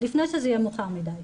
לפני שזה יהיה מאוחר מדי.